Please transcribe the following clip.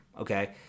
okay